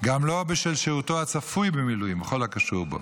וגם בשל שירותו הצפוי במילואים וכל הקשור בו.